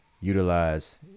utilize